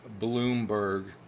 Bloomberg